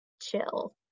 chill